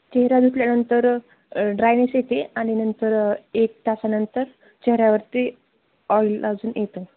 चेहरा धुतल्यानंतर ड्रायनेस येते आणि नंतर एक तासानंतर चेहऱ्यावरती ऑइल अजून येतं